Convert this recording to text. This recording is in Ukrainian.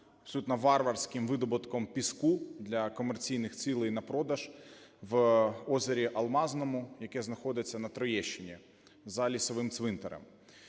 абсолютно варварським видобутком піску для комерційних цілей – на продаж, в озері Алмазному, яке знаходиться на Троєщині, за лісовим цвинтарем.